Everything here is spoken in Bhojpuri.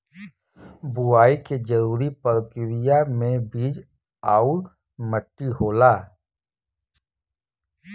बुवाई के जरूरी परकिरिया में बीज आउर मट्टी होला